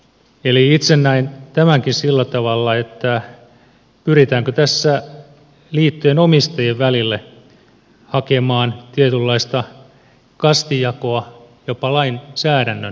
eli itse näen tämänkin sillä tavalla että pyritäänkö tässä liittojen omistajien välille hakemaan tietynlaista kastijakoa jopa lainsäädännön kautta